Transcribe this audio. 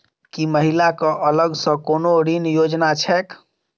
की महिला कऽ अलग सँ कोनो ऋण योजना छैक?